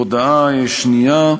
הודעה שנייה: